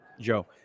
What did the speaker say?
Joe